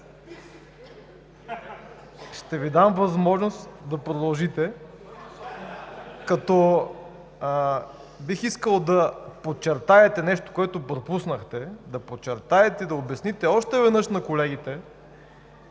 ще Ви дам възможност да продължите, като бих искал да подчертаете нещо, което пропуснахте – да подчертаете и да обясните още веднъж на колегите,